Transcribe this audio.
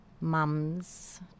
mums